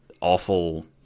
awful